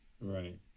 Right